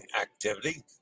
activity